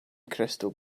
crystal